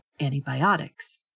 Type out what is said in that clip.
antibiotics